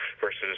versus